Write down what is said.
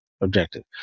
objective